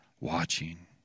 watching